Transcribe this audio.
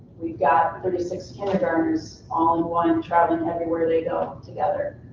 we've got thirty six kindergartners all who wanna and travel and everywhere they go together.